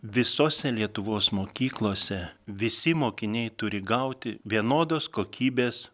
visose lietuvos mokyklose visi mokiniai turi gauti vienodos kokybės